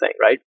right